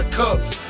cups